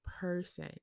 person